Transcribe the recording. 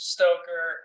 Stoker